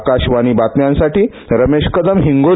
आकाशवाणी बातम्यांसाठी रमेश कदम हिंगोली